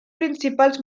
principals